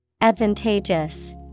Advantageous